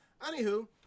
anywho